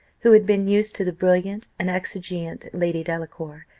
who had been used to the brilliant and exigeante lady delacour,